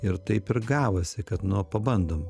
ir taip ir gavosi kad nu o pabandom